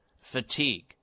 fatigue